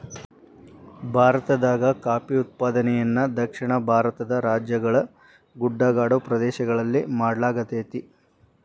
ಭಾರತದಾಗ ಕಾಫಿ ಉತ್ಪಾದನೆಯನ್ನ ದಕ್ಷಿಣ ಭಾರತದ ರಾಜ್ಯಗಳ ಗುಡ್ಡಗಾಡು ಪ್ರದೇಶಗಳಲ್ಲಿ ಮಾಡ್ಲಾಗತೇತಿ